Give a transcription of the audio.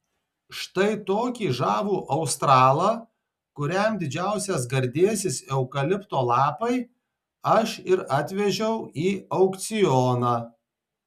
štai tokį žavų australą kuriam didžiausias gardėsis eukalipto lapai aš ir atvežiau į aukcioną